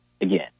Again